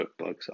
cookbooks